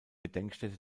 gedenkstätte